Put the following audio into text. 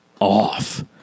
off